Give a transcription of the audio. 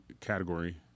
category